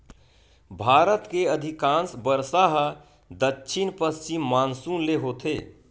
भारत के अधिकांस बरसा ह दक्छिन पस्चिम मानसून ले होथे